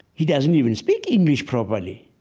he doesn't even speak english properly,